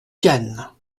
cannes